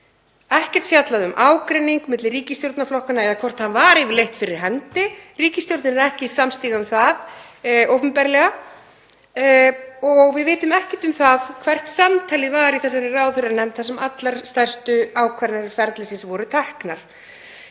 ekkert fjallað um ágreining milli ríkisstjórnarflokkanna eða hvort hann var yfirleitt fyrir hendi. Ríkisstjórnin er ekki samstiga um það opinberlega. Við vitum ekkert hvernig samtalið var í þessari ráðherranefnd þar sem allar stærstu ákvarðanir ferlisins voru teknar.